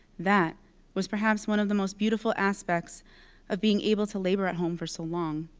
that was perhaps one of the most beautiful aspects of being able to labor at home for so long.